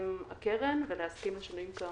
בהסכם הקרן ולהתקין שינויים כאמור.